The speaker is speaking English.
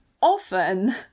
often